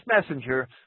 messenger